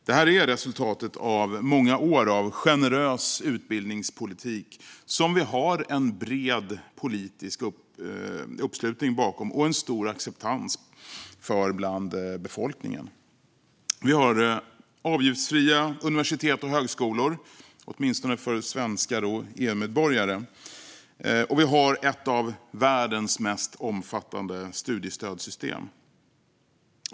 Det här är ett resultat av många år av generös utbildningspolitik, som vi har en bred uppslutning och stor acceptans för bland befolkningen. Vi har avgiftsfria universitet och högskolor, åtminstone för svenskar och EU-medborgare, och ett av världens mest omfattande studiestödssystem.